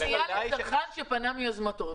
פנייה לצרכן שפנה מיוזמתו.